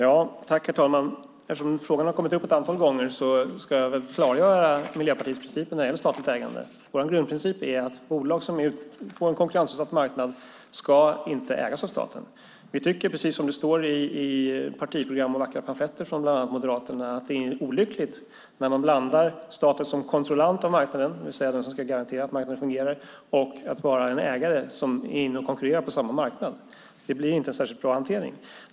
Herr talman! Eftersom frågan har kommit upp ett antal gånger ska jag väl klargöra Miljöpartiets principer när det gäller statligt ägande. Vår grundprincip är att bolag på en konkurrensutsatt marknad inte ska ägas av staten. Vi tycker, precis som det står i partiprogram och pamfletter från bland annat Moderaterna, att det är olyckligt när man blandar samman statens roll som kontrollant av marknaden, det vill säga den som ska kontrollera att marknaden fungerar, med rollen att vara ägare som är inne och konkurrerar på samma marknad. Det blir inte en särskilt bra hantering.